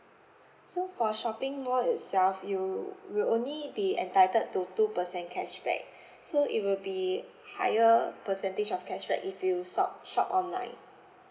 so for shopping mall itself you will only be entitled to two percent cashback so it will be higher percentage of cashback if you shop shop online